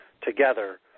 together